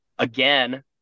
Again